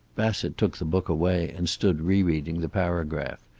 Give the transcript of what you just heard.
bassett took the book away and stood rereading the paragraph.